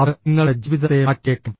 അത് നിങ്ങളുടെ ജീവിതത്തെ മാറ്റിയേക്കാം